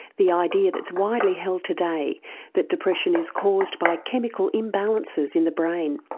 the idea that's widely held today that depression is caused by chemical imbalances in the brain.